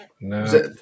no